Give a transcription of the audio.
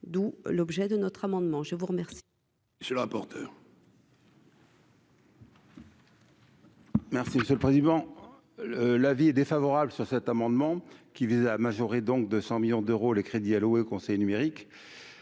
d'où l'objet de notre amendement, je vous remercie. Monsieur le rapporteur. Merci monsieur le président, l'avis est défavorable sur cet amendement qui vise à majorer donc 200 millions d'euros, les crédits alloués conseil numérique